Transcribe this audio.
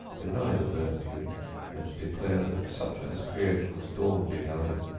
deny the virtue and declare that such as creation's dawn beheld,